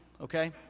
Okay